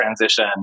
transition